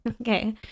Okay